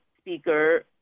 speaker